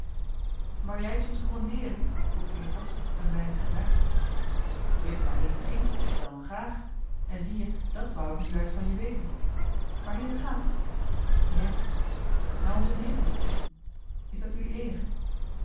werd wou jij soms commandeeren vroeg veritas een weinig geraakt als ik wist waarheen het ging dàn graag en zie-je dàt wou ik nu juist van je weten waarheen we gaan joh h been paddeltje de scheepsjongen van michiel de ruijter ja naar onze nederzetting is dat jelui eenige